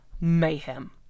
mayhem